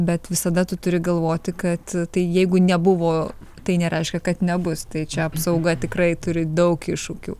bet visada tu turi galvoti kad tai jeigu nebuvo tai nereiškia kad nebus tai čia apsauga tikrai turi daug iššūkių